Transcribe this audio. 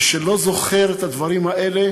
מי שראה את הדברים האלה